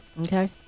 okay